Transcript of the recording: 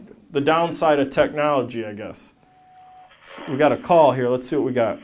the downside of technology i guess you got a call here let's say we got